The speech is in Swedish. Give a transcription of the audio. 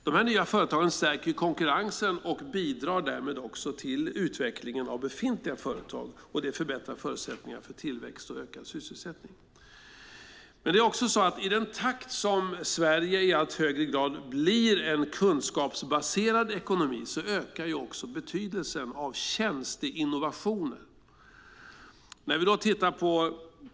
Dessa nya företag stärker konkurrensen och bidrar därmed också till utvecklingen av befintliga företag, och det förbättrar förutsättningarna för tillväxt och ökad sysselsättning. I den takt som Sverige i allt högre grad blir en kunskapsbaserad ekonomi ökar också betydelsen av tjänsteinnovationer.